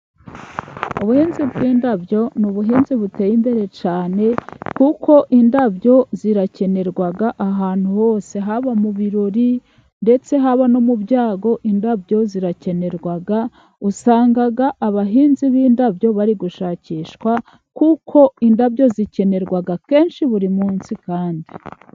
Ubuhinzi bw'indabyo n'ubuhinzi buteye imbere cyane . Kuko indabyo zirakenerwa ahantu hose haba mu birori ndetse habano mu byago indabyo zirakenerwa, usanga abahinzi b'indabyo bari gushakishwa kuko indabyo zikenerwa kenshi buri munsi kandi.